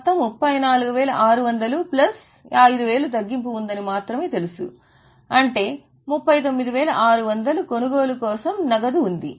మొత్తం 34600 ప్లస్ 5000 తగ్గింపు ఉందని మాత్రమే తెలుసు అంటే 39600 కొనుగోలు కోసం నగదు బ్యాంక్ ఉంది